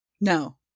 no